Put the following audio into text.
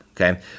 Okay